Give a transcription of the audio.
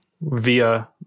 via